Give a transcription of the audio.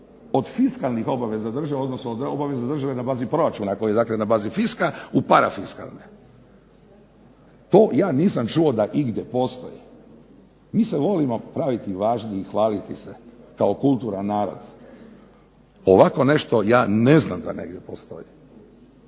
od fiskalnih obaveza države odnosno od obaveza države na bazi proračuna koji je dakle na bazi fiska u para fiskalne. To ja nisam čuo da igdje postoji. Mi se volimo praviti važni i hvaliti se kao kulturan narod. Ovako nešto ja ne znam da negdje postoji.